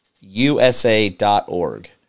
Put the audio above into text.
USA.org